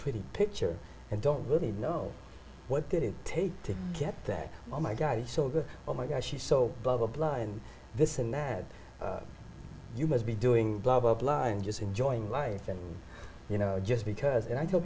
pretty picture and don't really know what did it take to get that oh my guy's so good oh my gosh he's so baba blind this and that you must be doing blah blah blah and just enjoying life and you know just because and i t